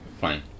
Fine